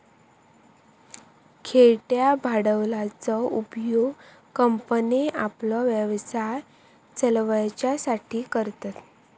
खेळत्या भांडवलाचो उपयोग कंपन्ये आपलो व्यवसाय चलवच्यासाठी करतत